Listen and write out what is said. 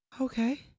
Okay